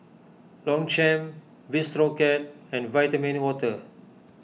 Longchamp Bistro Cat and Vitamin Water